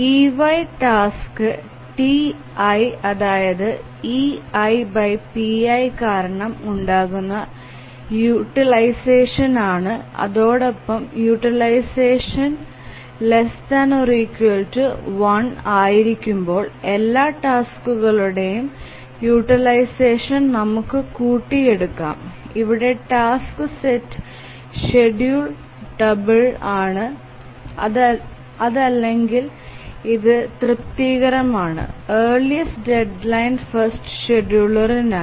ey task ti അതായത് eipi കാരണം ഉണ്ടാകുന്ന യൂട്ടിലൈസഷൻ ആണ് അതോടൊപ്പം യൂട്ടിലൈസേഷൻ 1 ആയിരിക്കുമ്പോൾ എല്ലാ ടാസ്ക്കളുടെയും യൂട്ടിലൈസേഷൻ നമുക്ക് കൂട്ടി എടുക്കാം ഇവിടെ ടാസ്ക് സെറ്റ് ഷെഡ്യൂൾ ഡബിൾ ആണ് അതല്ലെങ്കിൽ ഇത് തൃപ്തികരമാണ് ഏർലിസ്റ് ഡെഡ്ലൈൻ ഫസ്റ്റ് ഷെഡ്യൂൾറിനായി